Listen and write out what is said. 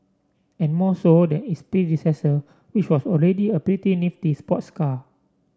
and more so than its predecessor which was already a pretty nifty sports car